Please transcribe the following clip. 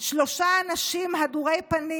שלושה אנשים הדורי פנים,